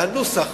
והנוסח